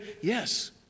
Yes